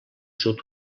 sud